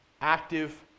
active